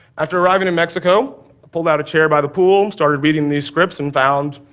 after arriving in mexico, i pulled out a chair by the pool, started reading these scripts and found,